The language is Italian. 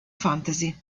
fantasy